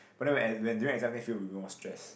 but then when when during exam I think feel even more stress